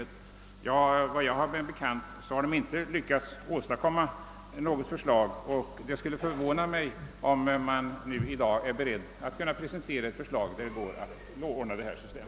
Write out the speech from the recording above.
Enligt vad jag känner till har de dock inte lyckats att komma fram till något förslag, och det skulle förvåna mig om man i dag skulle vara beredd att presentera ett alternativ som bygger på ett sådant system.